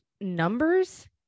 numbers